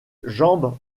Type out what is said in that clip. jambes